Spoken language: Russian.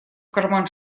карман